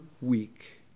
week